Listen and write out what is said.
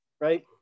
right